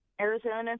Arizona